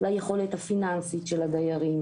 ליכולת הפיננסית של הדיירים.